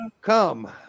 come